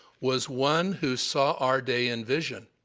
was one who saw our day in vision.